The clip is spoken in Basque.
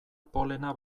polena